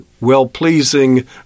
well-pleasing